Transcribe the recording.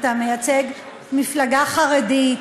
אתה מייצג מפלגה חרדית,